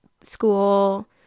school